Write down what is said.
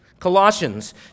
Colossians